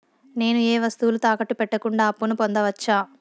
నేను ఏ వస్తువులు తాకట్టు పెట్టకుండా అప్పును పొందవచ్చా?